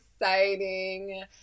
exciting